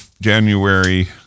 january